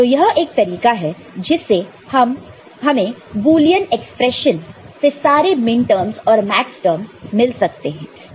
तो यह एक तरीका है जिससे हमें बुलियन एक्सप्रेशन से सारे मिनटर्मस और मैक्सटर्म मिल सकते हैं